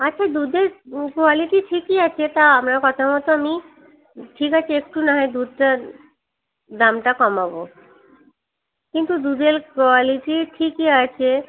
আচ্ছা দুধের কোয়ালিটি ঠিকই আছে তা আপনার কথা মতো আমি ঠিক আছে একটু না হয় দুধটা দামটা কমাবো কিন্তু দুধের কোয়ালিটি ঠিকই আছে